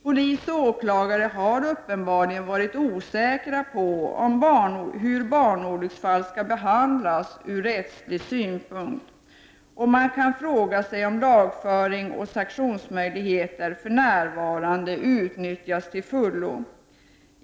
Polis och åklagare har uppenbarligen varit osäkra på hur barnolycksfall skall behandlas ur rättslig synpunkt, och man kan fråga sig om lagföring och sanktionsmöjligheter för närvarande utnyttjas till fullo.